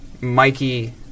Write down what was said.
Mikey